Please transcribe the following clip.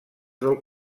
del